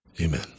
amen